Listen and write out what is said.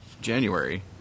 January